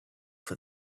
for